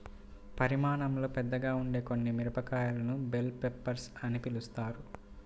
పరిమాణంలో పెద్దగా ఉండే కొన్ని మిరపకాయలను బెల్ పెప్పర్స్ అని పిలుస్తారు